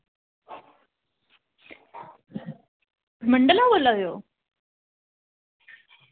परमंडल दा बोल्ला दे ओ